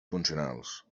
funcionals